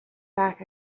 back